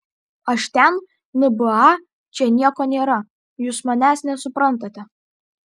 aš ten nba čia nieko nėra jūs manęs nesuprantate